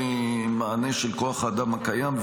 ניתן מענה של כוח האדם הקיים.